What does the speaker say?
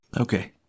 Okay